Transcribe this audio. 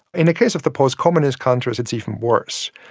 in the case of the post-communist countries it's even worse.